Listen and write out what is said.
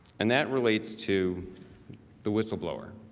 and that relates to the whistleblower.